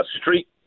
street